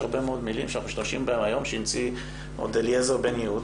יש הרבה מאוד מילים שאנחנו משתמשים בהן היום שהמציא אליעזר בן יהודה,